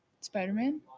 Spider-Man